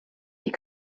die